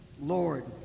Lord